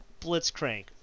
Blitzcrank